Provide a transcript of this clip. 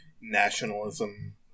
nationalism